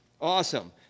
awesome